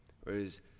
Whereas